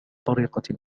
طريقة